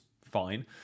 Fine